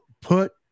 put